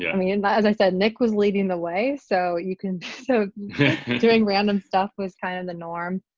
yeah i mean but as i said, nick was leading the way so you can see so doing random stuff was kind of the norm.